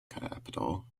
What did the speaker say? capital